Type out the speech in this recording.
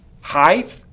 height